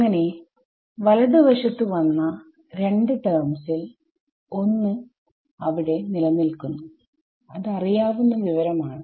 അങ്ങനെ വലതു വശത്തു വന്ന രണ്ട് ടെർമ്സിൽ ഒന്ന് അവിടെ നിലനിൽക്കുന്നു അത് അറിയാവുന്ന വിവരം ആണ്